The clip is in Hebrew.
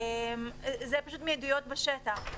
זה מעדויות בשטח.